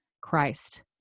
Christ